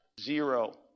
zero